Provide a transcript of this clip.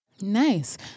Nice